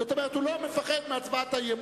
זאת אומרת, הוא לא מפחד מהצבעת האי-אמון.